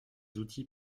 outils